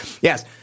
Yes